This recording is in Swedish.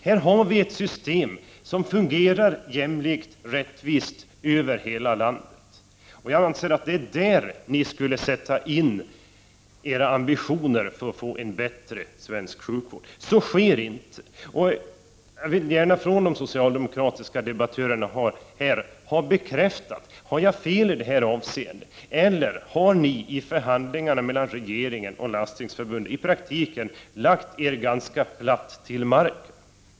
Här har vi ett system som fungerar jämlikt och rättvist över hela landet. Enligt min mening är det här ni borde sätta in era ambitioner för att få en bättre svensk sjukvård. Så sker emellertid inte, och jag vill att de socialdemokratiska debattörerna bekräftar om jag har fel i detta avseende. Har ni i förhandlingarna mellan regeringen och Landstingsförbundet i praktiken lagt er ganska platt till marken?